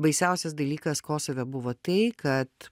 baisiausias dalykas kosove buvo tai kad